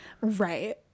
Right